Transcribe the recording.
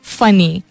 funny